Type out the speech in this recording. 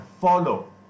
follow